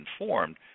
informed